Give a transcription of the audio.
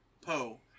Poe